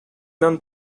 known